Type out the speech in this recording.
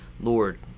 Lord